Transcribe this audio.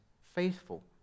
faithful